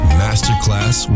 masterclass